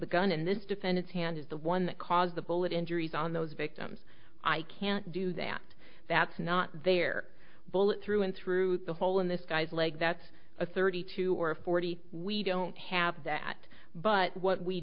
the gun in this defend its hand is the one that caused the bullet injuries on those victims i can't do that that's not their bullet through and through the hole in this guy's leg that's a thirty two or forty we don't have that but what we